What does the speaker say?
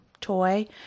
toy